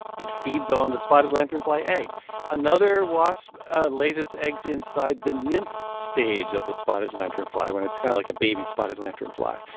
it feeds on the spotted lanternfly egg interesting another wasp lays its eggs inside the nymph stage of the spotted lanternfly, when it's kind of like a baby spotted lanternfly.